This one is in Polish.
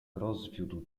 rozwiódł